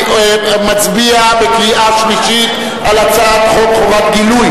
נצביע בקריאה שלישית על הצעת חוק חובת גילוי